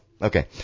Okay